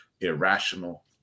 irrational